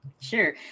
Sure